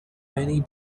many